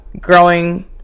growing